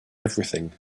everything